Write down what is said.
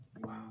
Wow